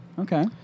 Okay